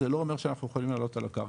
זה לא אומר שאנחנו יכולים לעלות על הקרקע,